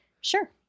Sure